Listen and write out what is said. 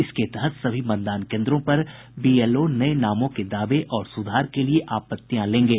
इसके तहत सभी मतदान केन्द्रों पर बीएलओ नये नामों के दावे और सुधार के लिये आपत्तियां लेंगे